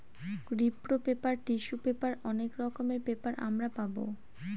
রিপ্র paper, tissue paper অনেক রকমের পেপার আমরা পাবো